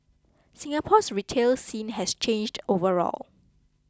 Singapore's retail scene has changed overall